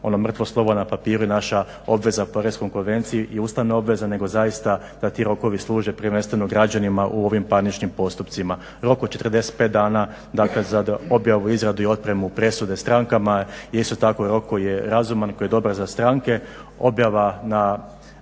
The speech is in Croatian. ono mrtvo slovo na papiru i naša obveza prema Europskoj konvenciji i ustavna obveza nego zaista da ti rokovi služe prvenstveno građanima u ovim parničnim postupcima. Rok od 45 dana dakle za objavu i izradu i otpremu presude strankama jesu tako u roku koji je razuman koji je dobar za stranke. Objava na